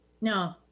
No